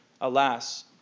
Alas